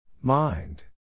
Mind